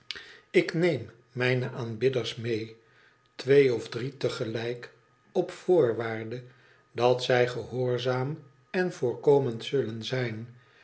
ik neem mijne aanbidders mee twee of drie te gelijk op voorwaarde dat zij gehoorzaam en voorkomend zullen zijn